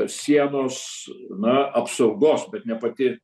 sienos na apsaugos bet ne pati